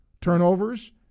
turnovers